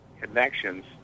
connections